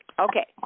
Okay